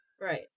right